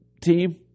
team